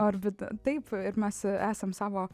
orbita taip ir mes esam savo